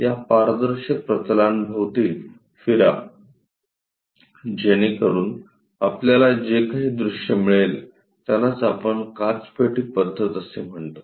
त्या पारदर्शक प्रतलांभोवती फिरा जेणेकरून आपल्याला जे काही दृश्य मिळेल त्यालाच आपण काचपेटी पद्धत असे म्हणतो